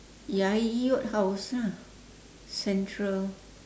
ya yot house lah central